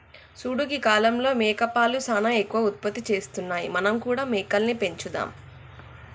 చూడు గీ కాలంలో మేకపాలు సానా ఎక్కువ ఉత్పత్తి చేస్తున్నాయి మనం కూడా మేకలని పెంచుదాం